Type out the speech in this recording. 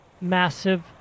massive